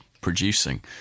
producing